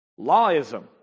lawism